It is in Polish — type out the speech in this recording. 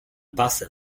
basem